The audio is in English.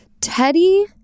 Teddy